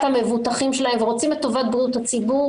המבוטחים שלהם ורוצים את טובת בריאות הציבור